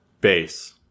bass